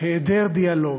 היעדר דיאלוג.